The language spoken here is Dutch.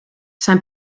zijn